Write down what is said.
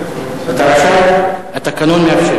אתה רשאי, התקנון מאפשר.